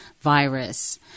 virus